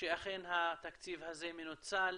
שאכן התקציב הזה מנוצל,